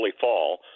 fall